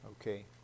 okay